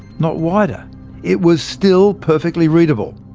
not wider it was still perfectly readable.